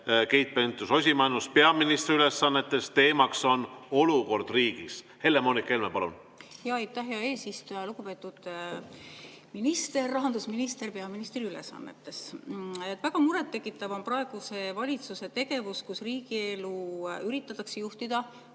Keit Pentus-Rosimannus peaministri ülesannetes ja selle teema on olukord riigis. Helle-Moonika Helme, palun! Aitäh, hea eesistuja! Lugupeetud rahandusminister peaministri ülesannetes! Väga murettekitav on praeguse valitsuse tegevus, kus riigi elu üritatakse juhtida